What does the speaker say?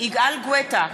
יגאל גואטה,